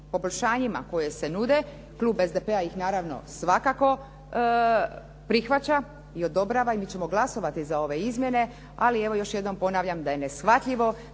poboljšanjima koje se nude klub SDP-a ih naravno svakako prihvaća i odobrava i mi ćemo glasovati za ove izmjene. Ali evo još jednom ponavljam da je neshvatljivo